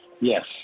Yes